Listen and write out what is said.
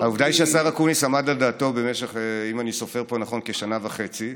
העובדה היא שהשר אקוניס עמד על דעתו במשך כשנה וחצי,